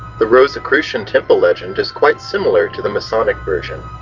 the rosicrucian temple legend is quite similar to the masonic version,